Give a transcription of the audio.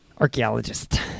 Archaeologist